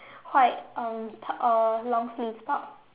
white um top uh long sleeve top